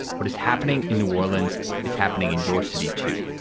what is happening in new orleans is happening in your city, too